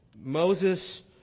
Moses